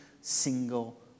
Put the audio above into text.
single